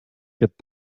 get